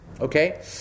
Okay